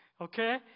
Okay